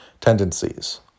tendencies